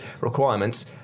requirements